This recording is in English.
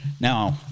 Now